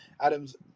Adams